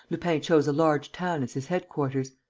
lupin chose a large town as his headquarters.